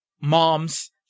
moms